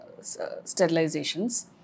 sterilizations